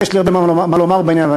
יש לי הרבה מה לומר בעניין,